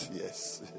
Yes